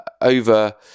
over